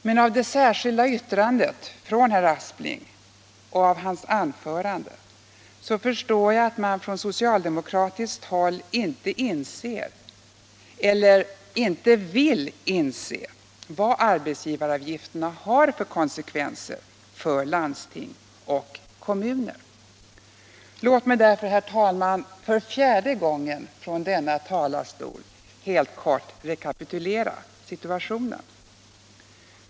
Men av det särskilda yttrandet från herr Aspling och av hans anförande förstår jag att man från socialdemokratiskt håll inte inser — eller inte vill inse — vad arbetsgivaravgifterna har för konsekvenser för landsting och kommuner. Låt mig därför, herr talman, för fjärde gången från den här talarstolen helt kort rekapitulera situationen.